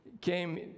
came